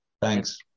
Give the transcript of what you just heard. Thanks